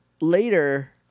later